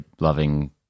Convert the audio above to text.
loving